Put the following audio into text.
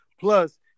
Plus